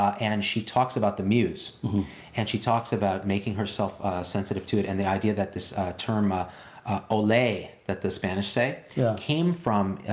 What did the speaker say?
and she talks about the muse and she talks about making herself sensitive to it. and the idea that this term, ah ole, that the spanish say came from,